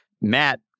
Matt